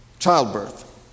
childbirth